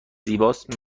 زیباست